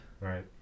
Right